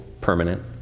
permanent